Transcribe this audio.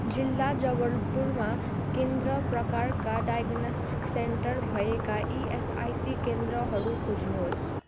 जिल्ला जबलपुरमा केन्द्र प्रकारका डायगोनस्टिक सेन्टर भएका इएसआईसी केन्द्रहरू खोज्नुहोस्